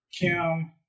Kim